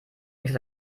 doch